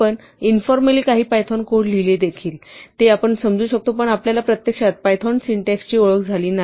आपण इंफॉर्मली काही Python code देखील पाहिले जे आपण समजू शकतो पण आपल्याला प्रत्यक्षात पायथॉन सिंटॅक्सची ओळख झाली नाही